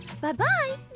Bye-bye